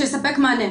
שיספק מענה,